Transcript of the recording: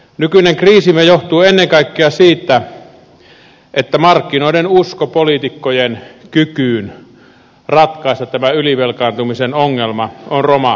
nykyinen kriisimme johtuu ennen kaikkea siitä että markkinoiden usko poliitikkojen kykyyn ratkaista tämä ylivelkaantumisen ongelma on romahtanut